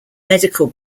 medical